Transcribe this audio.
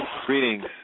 Greetings